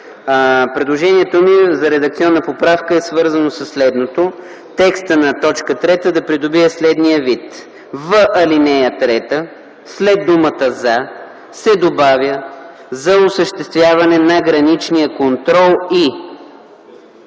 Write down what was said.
Предложението ми за редакционна поправка е свързано със следното: текстът на т. 3 да придобие следния вид: „3. В ал. 3 след думата „за” се добавя „за осъществяване на граничния контрол и”,